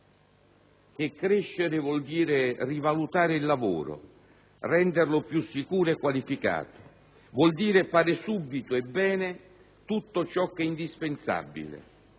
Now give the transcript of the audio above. crescere vuol dire rivalutare il lavoro, renderlo più sicuro e qualificato, vuol dire fare subito e bene tutto ciò che è indispensabile;